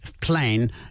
plane